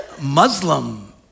Muslim